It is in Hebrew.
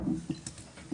רגע אז נתקדם לדובר הבא,